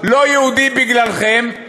לא יהודים בגללכם.